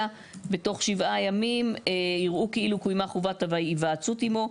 בתוך 7 ימים יראו כאילו קוימה חובת ההיוועצות עמו".